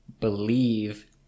believe